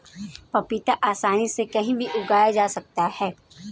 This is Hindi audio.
पपीता आसानी से कहीं भी उगाया जा सकता है